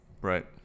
Right